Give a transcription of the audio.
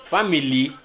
Family